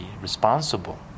responsible